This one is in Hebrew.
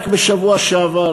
רק בשבוע שעבר